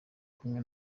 kumwe